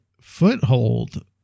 foothold